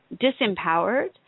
disempowered